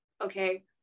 okay